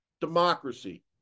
democracy